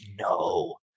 no